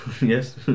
Yes